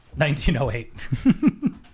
1908